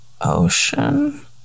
ocean